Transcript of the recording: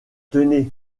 tenez